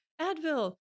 Advil